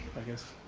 i guess,